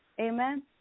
Amen